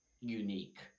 unique